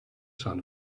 sign